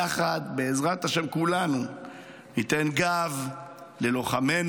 יחד, בעזרת השם, כולנו ניתן גב ללוחמינו,